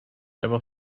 ever